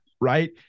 right